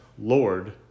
Lord